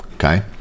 Okay